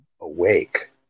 awake